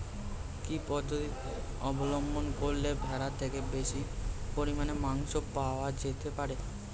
কি পদ্ধতিতে অবলম্বন করলে ভেড়ার থেকে বেশি পরিমাণে মাংস পাওয়া যেতে পারে?